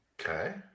Okay